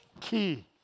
key